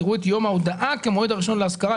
יראו את יום ההודעה כמועד הראשון להשכרה".